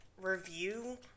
review